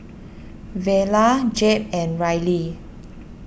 Verla Jep and Rylie